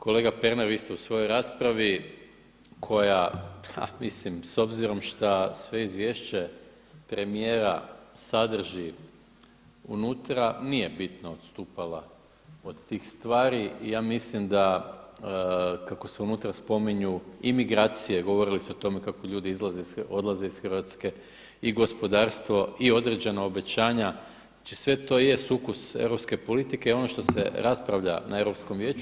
Kolega Pernar, vi ste u svojoj raspravi koja, a mislim, s obzirom šta sve izvješće premijera sadrži unutra nije bitno odstupala od tih stvari i ja mislim da kako se unutra spominju imigracije, govorili su o tome kako ljudi odlaze iz Hrvatske i gospodarstvo i određena obećanja, znači sve to jest sukus europske politike i ono što se raspravlja na Europskom vijeću.